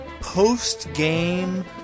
post-game